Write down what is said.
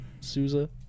Souza